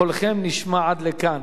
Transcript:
קולכן נשמע עד לכאן.